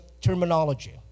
terminology